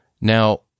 Now